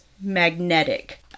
magnetic